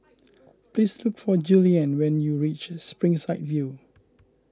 please look for Julianne when you reach Springside View